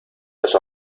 los